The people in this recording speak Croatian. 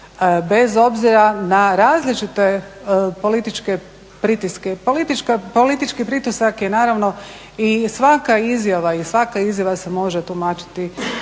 bez obzira na različite političke pritiske. Politički pritisak je naravno i svaka izjava i svaka izjava se može tumačiti